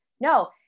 No